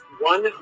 One